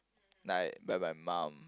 like by my mum